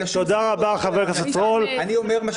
אין לה שום סמכויות אני אומר שהיא